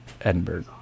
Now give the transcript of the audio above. edinburgh